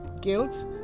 guilt